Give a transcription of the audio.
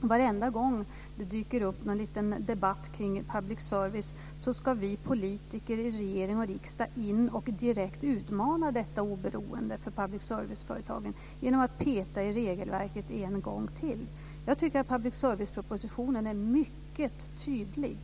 varenda gång det dyker upp någon liten debatt kring public service ska vi politiker i regering och riksdag in och direkt utmana detta oberoende för public service-företagen genom att peta i regelverket en gång till. Public service-propositionen är mycket tydlig.